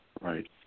Right